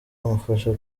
amufasha